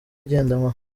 igendanwa